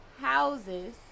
houses